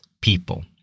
people